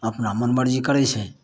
अपना मन मर्जी करै छै